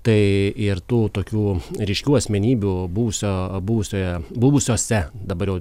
tai ir tų tokių ryškių asmenybių buvusio buvusioje buvusiose dabar jau